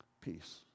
peace